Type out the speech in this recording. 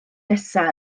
nesaf